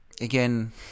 again